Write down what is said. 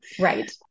Right